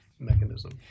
mechanism